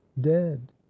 dead